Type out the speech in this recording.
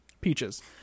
Peaches